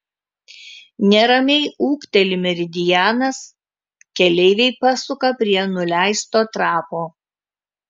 neramiai ūkteli meridianas keleiviai pasuka prie nuleisto trapo